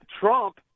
Trump